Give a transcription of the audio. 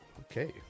Okay